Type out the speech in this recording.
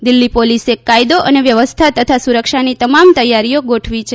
દિલ્હી પોલીસે કાયદો અને વ્યવસ્થા તથા સુરક્ષાની તમામ તૈયારીઓ ગોઠવી છે